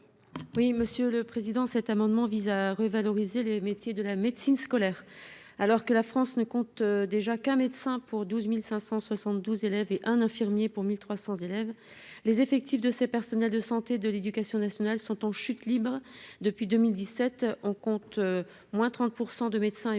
Oui, monsieur le président, cet amendement vise à revaloriser les métiers de la médecine scolaire, alors que la France ne compte déjà qu'un médecin pour 12572 élèves et un infirmier pour 1300 élèves, les effectifs de ces personnels de santé, de l'éducation nationale sont en chute libre depuis 2017 on compte moins 30 % de médecins et moins,